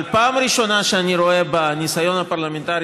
אבל פעם ראשונה שאני רואה בניסיון הפרלמנטרי